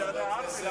חברי חברי הכנסת,